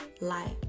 life